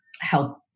help